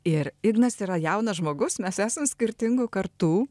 ir ignas yra jaunas žmogus mes esam skirtingų kartų